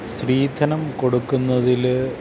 സ്ത്രീധനം കൊടുക്കുന്നതിൽ